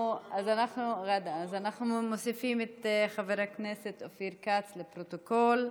אנחנו מוסיפים את חבר הכנסת אופיר כץ, לפרוטוקול.